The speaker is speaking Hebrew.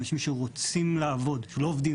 אנשים שרוצים לעבוד ולא עובדים,